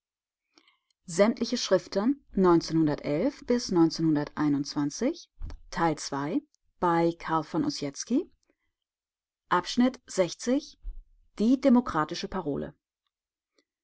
die demokratische parole